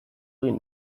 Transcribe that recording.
egin